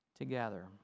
Together